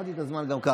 עצרתי את הזמן גם ככה.